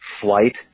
flight